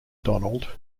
donald